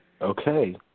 Okay